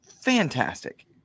fantastic